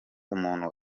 umuntu